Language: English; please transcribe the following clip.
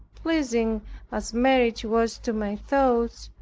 pleasing as marriage was to my thoughts,